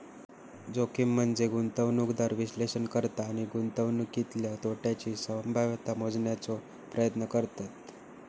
जोखीम म्हनजे गुंतवणूकदार विश्लेषण करता आणि गुंतवणुकीतल्या तोट्याची संभाव्यता मोजण्याचो प्रयत्न करतत